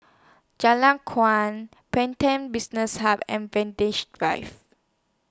Jalan Kuang Pantech Business Hub and Drive